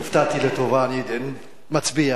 חבר הכנסת בן-סימון, בבקשה.